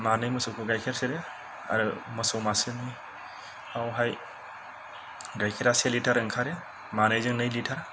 मानै मोसौखौ गाइखेर सेरो आरो मोसौ मासेनि आवहाय गाइखेरा से लिटार ओंखारो मानैजों नै लिटार